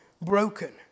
broken